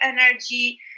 energy